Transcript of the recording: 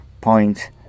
point